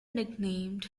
nicknamed